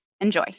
Enjoy